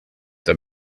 the